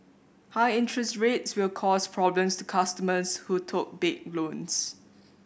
high interest rates will cause problems to customers who took big loans